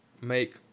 make